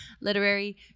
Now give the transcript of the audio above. literary